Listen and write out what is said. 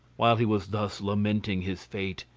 while he was thus lamenting his fate,